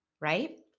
right